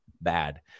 bad